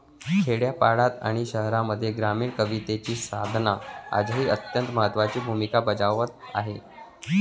खेड्यापाड्यांत आणि शहरांमध्ये ग्रामीण कवितेची साधना आजही अत्यंत महत्त्वाची भूमिका बजावत आहे